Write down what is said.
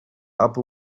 upper